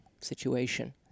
situation